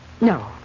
No